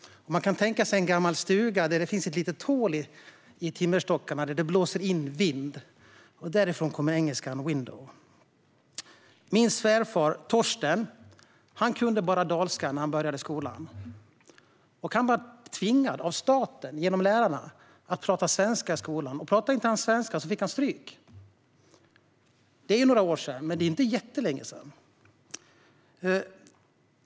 Man kan tänka sig en gammal stuga där det finns ett litet hål i timmerstockarna där det blåser in vind. Därifrån kommer engelskans window. Min svärfar Torsten kunde bara dalska när han började skolan. Han var tvingad av staten, genom lärarna, att prata svenska i skolan. Om han inte pratade svenska fick han stryk. Det är några år sedan, men det är inte jättelänge sedan.